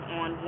on